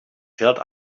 felt